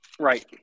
Right